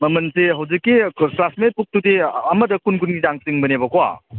ꯃꯃꯜꯁꯤ ꯍꯧꯖꯤꯛꯀꯤ ꯀ꯭ꯂꯥꯁꯃꯦꯠ ꯕꯨꯛꯇꯨꯗꯤ ꯑꯃꯗ ꯀꯨꯟ ꯀꯨꯟꯒꯤ ꯆꯥꯡ ꯆꯤꯡꯕꯅꯦꯕꯀꯣ